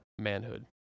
manhood